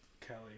Kelly